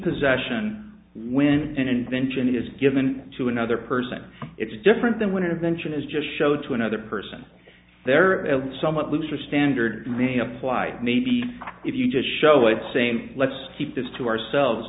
possession when an invention is given to another person it's different than when intervention is just show to another person there are somewhat looser standards being applied maybe if you just show it saying let's keep this to ourselves